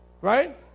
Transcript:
Right